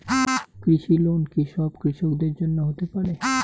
কৃষি লোন কি সব কৃষকদের জন্য হতে পারে?